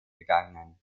begangen